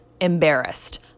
embarrassed